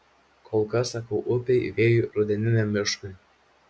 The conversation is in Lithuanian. kol kas sakau upei vėjui rudeniniam miškui